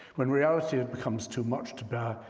when reality becomes too much to bear,